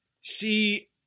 See